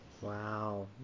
Wow